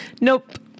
nope